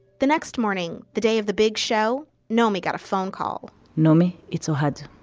the next morning, the day of the big show, naomi got a phone call naomi, it's ohad.